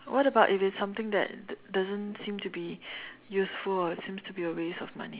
what about if it's something that doesn't seem to be useful or seems to be a waste of money